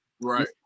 Right